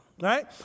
right